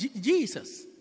Jesus